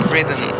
Rhythm